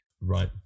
Right